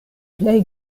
plej